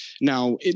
Now